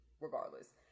regardless